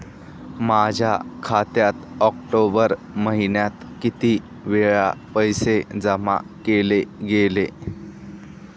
माझ्या खात्यात ऑक्टोबर महिन्यात किती वेळा पैसे जमा केले गेले?